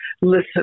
Listen